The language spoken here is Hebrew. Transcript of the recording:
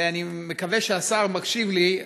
ואני מקווה שהשר מקשיב לי,